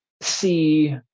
see